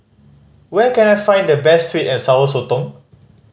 where can I find the best sweet and Sour Sotong